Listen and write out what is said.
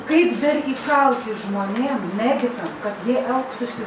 kaip dar įkalti žmonėm medikam kad jie elgtųsi